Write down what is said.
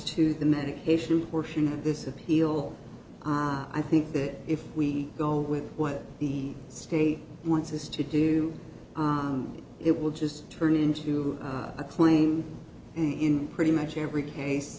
to the medication portion of this appeal i think that if we go with what the state wants us to do it will just turn into a claim in pretty much every case